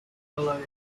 below